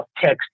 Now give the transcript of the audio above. text